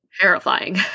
terrifying